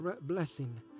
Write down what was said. blessing